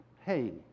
Hey